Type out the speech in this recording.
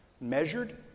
measured